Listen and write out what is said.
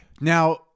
Now